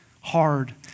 hard